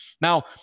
Now